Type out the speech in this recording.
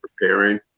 preparing